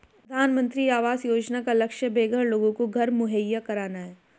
प्रधानमंत्री आवास योजना का लक्ष्य बेघर लोगों को घर मुहैया कराना है